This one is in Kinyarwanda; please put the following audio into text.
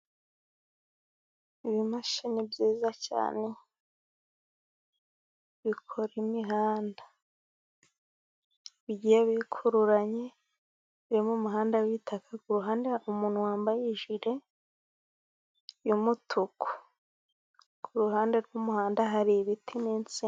Ibimashini byiza cyane bikora imihanda, bigiye bikururanye biri mu muhanda w'ibitaka, ku ruhande hari umuntu wambaye ijire y'umutuku, ku ruhande rw'umuhanda hari ibiti n'insina.